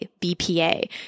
BPA